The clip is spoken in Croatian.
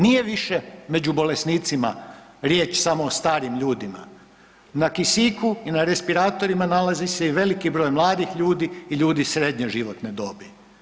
Nije više među bolesnicima riječ samo o starim ljudima, na kisiku i na respiratorima nalazi se i veliki broj mladih ljudi i ljudi srednje životne dobi.